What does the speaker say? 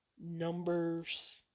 numbers